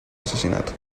asesinato